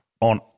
on